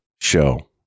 show